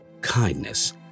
kindness